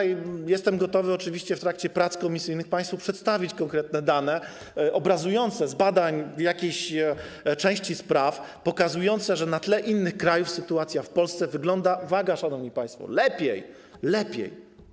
Jestem gotowy oczywiście w trakcie prac komisyjnych przedstawić państwu konkretne dane obrazujące - z badań jakiejś części spraw - pokazujące, że na tle innych krajów sytuacja w Polsce wygląda, uwaga, szanowni państwo, lepiej, lepiej.